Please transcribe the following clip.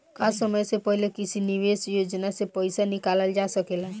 का समय से पहले किसी निवेश योजना से र्पइसा निकालल जा सकेला?